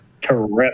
terrific